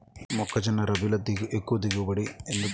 మొక్కజొన్న రబీలో ఎక్కువ దిగుబడి ఎందుకు వస్తుంది?